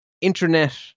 internet